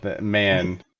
Man